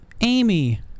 Amy